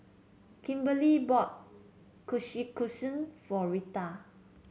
Kimberli bought Kushikatsu for Reta